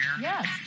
Yes